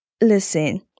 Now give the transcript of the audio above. Listen